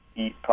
eat